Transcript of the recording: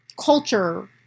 culture